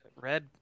red